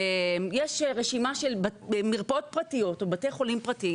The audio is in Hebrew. יש רשימה של מרפאות פרטיות או בתי חולים פרטיים